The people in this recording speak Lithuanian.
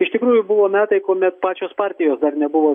iš tikrųjų buvo metai kuomet pačios partijos dar nebuvo